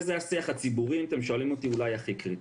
זה השיח הציבורי אולי הכי קריטי.